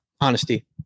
Honesty